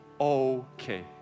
okay